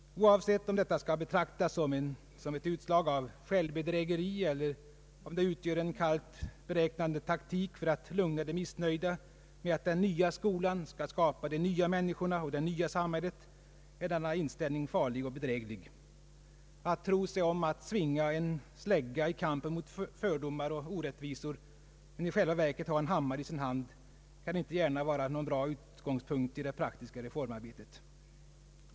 Oavsett om det skall betraktas som ett utslag av självbedrägeri eller om det utgör en kallt be räknande taktik för att lugna de missnöjda med att den nya skolan skall skapa de nya människorna och det nya samhället, är denna inställning farlig och bedräglig. Att tro sig svinga en slägga i kampen mot fördomar och orättvisor men i själva verket ha en hammare i sin hand kan inte gärna vara någon bra utgångspunkt i det praktiska reformarbetet.